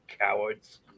cowards